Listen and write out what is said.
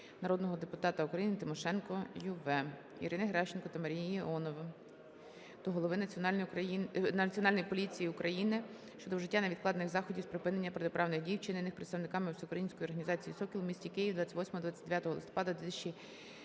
народного депутата України Тимошенко Ю.В. Ірини Геращенко та Марії Іонової до Голови Національної поліції України щодо вжиття невідкладних заходів з припинення протиправних дій, вчинених представниками всеукраїнської громадської організації "Сокіл" у місті Києві 28-29 листопада 2018 року